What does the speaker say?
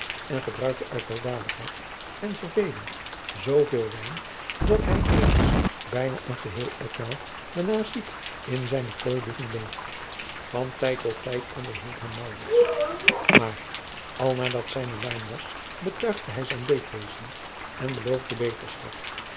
en gebruikte uit baldadigheid en verveling zooveel wijn dat hij eens bijna een geheel etmaal daarna ziek in zijne kooi liggen bleef van tijd tot tijd onderhield hem maurits maar al naar dat zijne luim was betuigde hij zijn leedwezen en beloofde beterschap